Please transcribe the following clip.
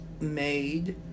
made